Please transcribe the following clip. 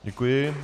Děkuji.